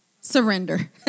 surrender